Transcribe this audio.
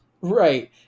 right